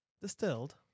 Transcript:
distilled